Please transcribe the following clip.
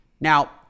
Now